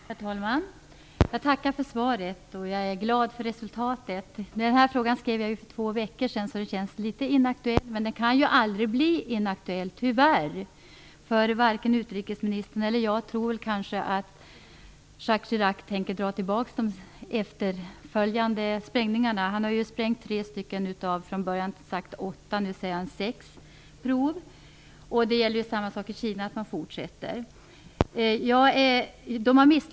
Herr talman! Jag tackar för svaret, och jag är glad för resultatet. Jag skrev frågan för två veckor sedan, så den känns litet inaktuell. Men den kan tyvärr aldrig bli inaktuell. Varken utrikesministern eller jag tror kanske att Jaques Chirac tänker dra tillbaka beslutet om de tre efterföljande sprängningarna. Han har ju sprängt tre gånger av från början åtta sprängningar. Nu talar han om sex prov. Samma sak gäller för Kina. Man fortsätter med sina prov.